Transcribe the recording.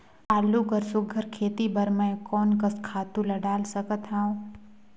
आलू कर सुघ्घर खेती बर मैं कोन कस खातु ला डाल सकत हाव?